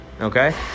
okay